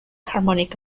harmonic